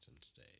State